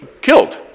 killed